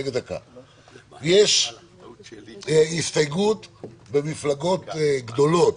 יש הסתייגות במפלגות גדולות.